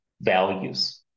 values